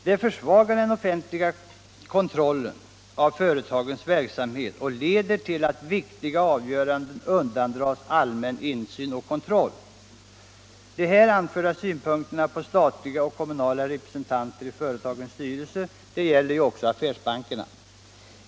Det försvagar den offentliga kontrollen av företagens verksamhet och leder till att viktiga avgöranden undandras allmän insyn och kontroll. De här anförda synpunkterna på statliga och kommunala representanter i företagens styrelser gäller också affärsbankerna.